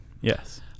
yes